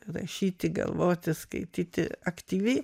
rašyti galvoti skaityti aktyviai